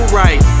right